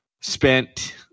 spent